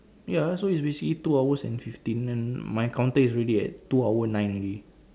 ya so it's basically two hours and fifteen and my counter is already at two hour nine already